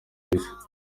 isi